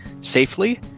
safely